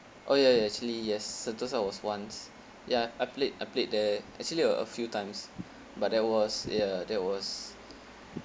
oh ya ya actually yes sentosa was once ya I played I played there actually a a few times but that was ya that was